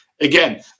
again